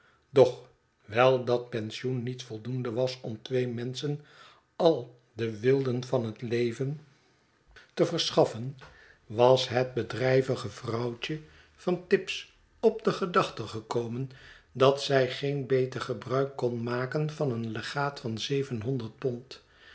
doch wijl dat pensioen niet voldoende was om twee menschen al de weelden van het leven te versghetsen van boz schaffen was het bedrijvige vrouwtje van tibbs p de gedachte gekomen dat zij geen betergebruik kon maken van een legaat van zevenhonderd pond